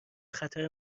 خطر